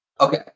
Okay